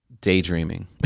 daydreaming